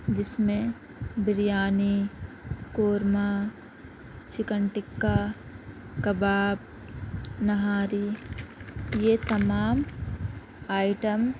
جس میں بریانی قورمہ چکن ٹکا کباب نہاری یہ تمام آئٹم